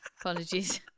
Apologies